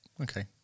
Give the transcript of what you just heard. Okay